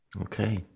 Okay